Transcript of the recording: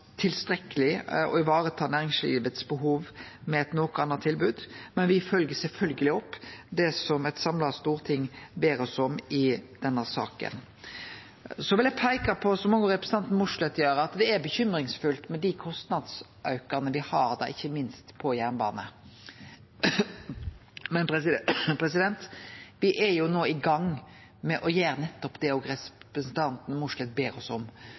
tilstrekkeleg å vareta behova til næringslivet med eit noko anna tilbod, men me følgjer sjølvsagt opp det som eit samla storting ber oss om i denne saka. Så vil eg peike på, som òg representanten Mossleth gjer, at det er urovekkjande med dei kostnadsaukane me har, ikkje minst på jernbane. Men me er jo no i gang med å gjere nettopp det representanten Mossleth ber oss om: